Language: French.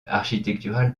architectural